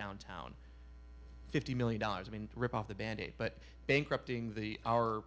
downtown fifty million dollars i mean rip off the band aid but bankrupting the our